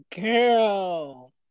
girl